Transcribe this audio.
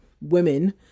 women